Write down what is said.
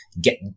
get